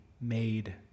made